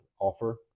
offer